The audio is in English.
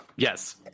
Yes